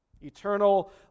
Eternal